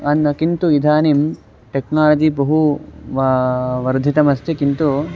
अन् किन्तु इदानीं टेक्नालजि बहु व वर्धितमस्ति किन्तु